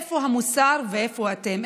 איפה המוסר ואיפה אתם,